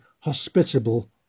hospitable